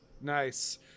Nice